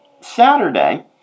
Saturday